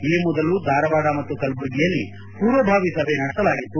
ಈ ಮೊದಲು ಧಾರವಾಡ ಮತ್ತು ಕಲಬುರಗಿಯಲ್ಲಿ ಪೂರ್ವಭಾವಿ ಸಭೆ ನಡೆಸಲಾಗಿತ್ತು